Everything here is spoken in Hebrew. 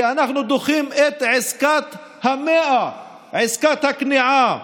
כי אנחנו דוחים את עסקת המאה, עסקת הכניעה,